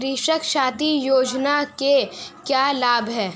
कृषक साथी योजना के क्या लाभ हैं?